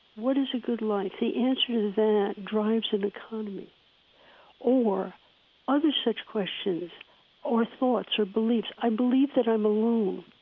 what is a good life? the answer to that drives an economy or other such questions or thoughts or beliefs. i believe that i'm alone